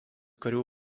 karių